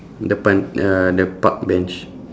depan uh the park bench